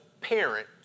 parent